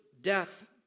death